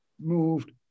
moved